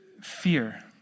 fear